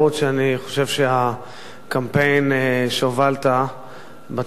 שאני חושב שהקמפיין שהובלת בתקופה